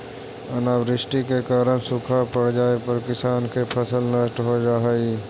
अनावृष्टि के कारण सूखा पड़ जाए पर किसान के फसल नष्ट हो जा हइ